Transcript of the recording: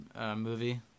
movie